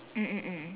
mm mm mm